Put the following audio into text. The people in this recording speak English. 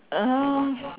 um